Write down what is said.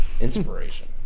inspiration